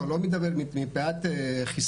לא, אני לא מדבר מפאת חיסיון,